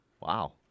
Wow